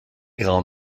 grand